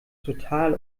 total